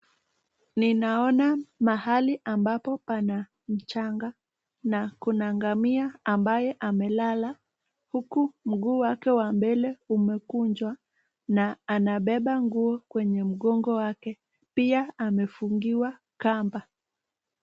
Ninaona mahali ambapo pana mchanga na kuna ngamia ambaye amelala, huku mguu wake wa mbele umekunjwa, na anabeba nguo kwenye mgongo wake, pia amefungiwa kamba.